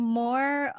more